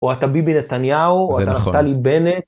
‫או אתה ביבי נתניהו, ‫זה נכון, או נפתלי בנט